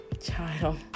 child